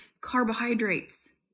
carbohydrates